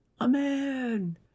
Amen